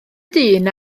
dyn